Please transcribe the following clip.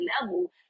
level